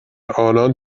آنان